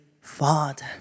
Father